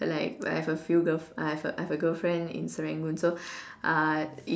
like I have a few girl f~ I have a I have a girl friend in Serangoon so uh